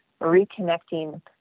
reconnecting